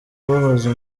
kubabaza